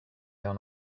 down